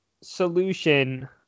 solution